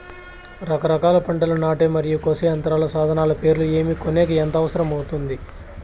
రకరకాల పంటలని నాటే మరియు కోసే యంత్రాలు, సాధనాలు పేర్లు ఏమి, కొనేకి ఎంత అవసరం అవుతుంది?